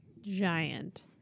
Giant